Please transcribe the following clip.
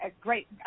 great